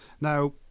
now